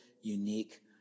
unique